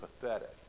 pathetic